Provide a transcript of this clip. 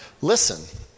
Listen